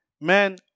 Man